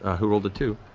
who rolled a two